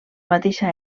mateixa